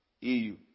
eu